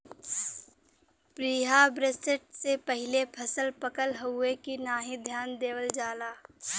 preharvest से पहिले फसल पकल हउवे की नाही ध्यान देवल जाला